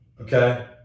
Okay